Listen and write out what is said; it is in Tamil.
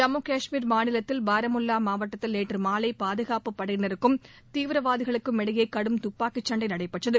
ஜம்மு கஷ்மீர் மாநிலத்தில் பாரமுல்வா மாவட்டத்தில் நேற்று மாலை பாதுகாப்பு படையினருக்கும் தீவிரவாதிகளுக்கும் இடையே கடும் துப்பாக்கிச்சண்டை நடைபெற்றது